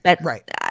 Right